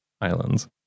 islands